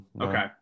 Okay